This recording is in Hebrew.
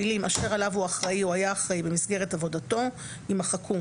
המילים "אשר עליו הוא אחראי או היה אחראי במסגרת עבודתו" יימחקו,